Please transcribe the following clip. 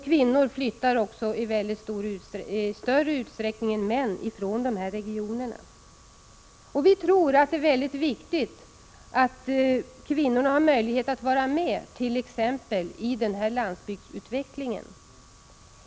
Kvinnor flyttar också i större utsträckning än män från dessa regioner. Vi tror att det är viktigt att kvinnorna har möjlighet att vara med t.ex. i arbetet på landsbygdens utveckling.